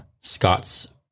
Scott's